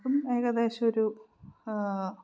അപ്പം ഏകദേശം ഒരു